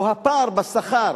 או הפער בשכר